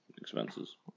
expenses